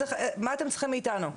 מה אתם צריכים מאיתנו מהכנסת?